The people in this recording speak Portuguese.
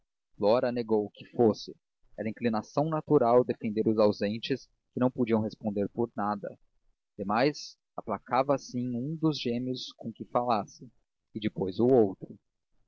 flora negou que o fosse era inclinação natural defender os ausentes que não podiam responder por nada demais aplacava assim um dos gêmeos com quem falasse e depois o outro